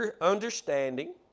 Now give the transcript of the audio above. understanding